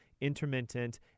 intermittent